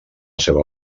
seva